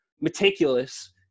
meticulous